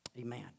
Amen